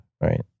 right